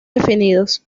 definidos